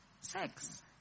sex